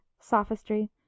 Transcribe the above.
sophistry